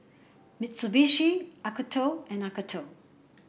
Mitsubishi Acuto and Acuto